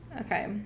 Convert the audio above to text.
Okay